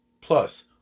plus